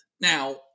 Now